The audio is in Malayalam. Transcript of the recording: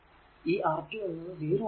ഈ R 2 0 ആണെങ്കിൽ